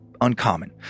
uncommon